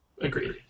agreed